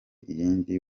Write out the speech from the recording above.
iyindi